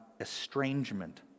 estrangement